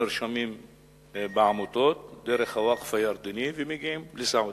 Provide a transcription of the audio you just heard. נרשמים בעמותות דרך הווקף הירדני ומגיעים לסעודיה.